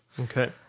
Okay